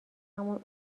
همون